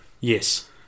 Yes